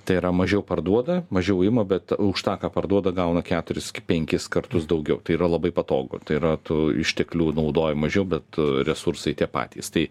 tai yra mažiau parduoda mažiau ima bet už tą ką parduoda gauna keturis penkis kartus daugiau tai yra labai patogu tai yra tu išteklių naudoji mažiau bet resursai tie patys tai